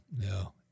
no